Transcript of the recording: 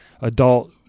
adult